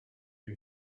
you